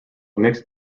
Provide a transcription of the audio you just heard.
mixed